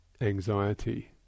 anxiety